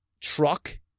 truck